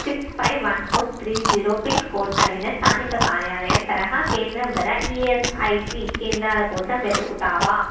six five one four three zero pin code కలిగిన స్థానిక కార్యాలయం తరహా కేంద్రం గల ఈఎస్ఐసి కేంద్రాల కోసం వెతుకుతావా